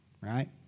right